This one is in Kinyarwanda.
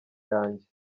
yanjye